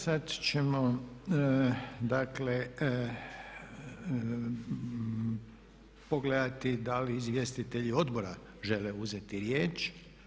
Sad ćemo dakle pogledati da li izvjestitelji odbora žele uzeti riječ?